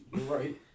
Right